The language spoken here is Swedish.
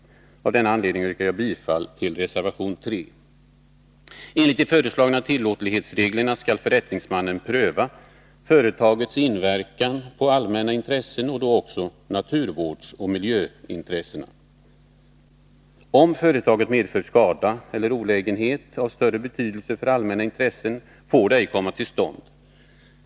Av denna anledning yrkar jag bifall till reservation 3. Enligt de föreslagna tillåtlighetsreglerna skall förrättningsmannen pröva företagets inverkan på allmänna intressen och då också på naturvårdsoch miljöintressen. Om företaget medför skada eller olägenhet av större betydelse för allmänna intressen, får det ej komma till stånd.